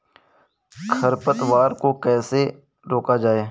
खरपतवार को कैसे रोका जाए?